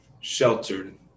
sheltered